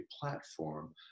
platform